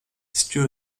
située